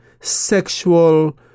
sexual